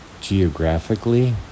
geographically